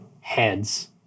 heads